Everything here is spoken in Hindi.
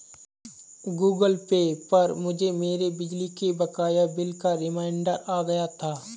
गूगल पे पर मुझे मेरे बिजली के बकाया बिल का रिमाइन्डर आ गया था